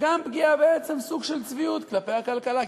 וגם פגיעה, בעצם סוג של צביעות כלפי הכלכלה.